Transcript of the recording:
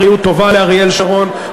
בריאות טובה לאריאל שרון,